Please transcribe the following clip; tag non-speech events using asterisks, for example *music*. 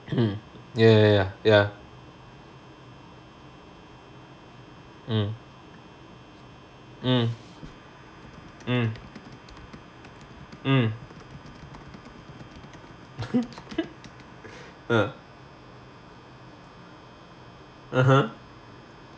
mm ya ya ya mm mm mm mm *laughs* uh (uh huh)